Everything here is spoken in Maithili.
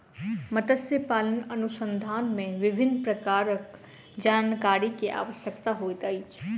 मत्स्य पालन अनुसंधान मे विभिन्न प्रकारक जानकारी के आवश्यकता होइत अछि